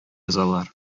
язалар